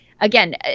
again